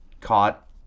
caught